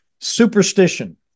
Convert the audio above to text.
superstition